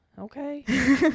okay